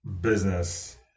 Business